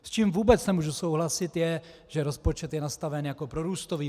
S čím vůbec nemůžu souhlasit, je, že rozpočet je nastaven jako prorůstový.